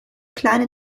kleine